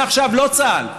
מעכשיו לא צה"ל,